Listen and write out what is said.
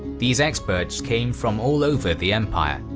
these experts came from all over the empire,